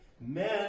men